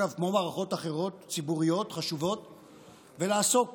אגב, כמו מערכות ציבוריות חשובות אחרות, ולעסוק